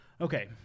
Okay